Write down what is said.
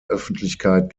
öffentlichkeit